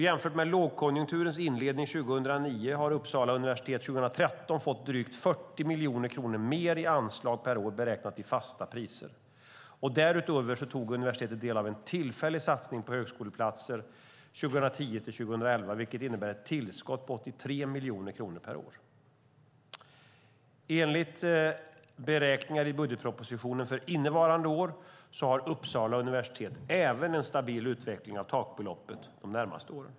Jämfört med lågkonjunkturens inledning 2009 har Uppsala universitet 2013 fått drygt 40 miljoner kronor mer i anslag per år beräknat i fasta priser. Därutöver tog universitetet del av en tillfällig satsning på högskoleplatser 2010-2011, vilket innebar ett tillskott på 83 miljoner kronor per år. Enligt beräkningar i budgetpropositionen för innevarande år har Uppsala universitet även en stabil utveckling av takbeloppet de närmaste åren.